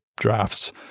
drafts